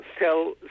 sell